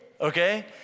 okay